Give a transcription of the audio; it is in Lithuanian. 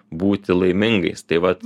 būti laimingais tai vat